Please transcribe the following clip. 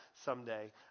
someday